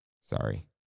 sorry